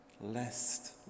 Lest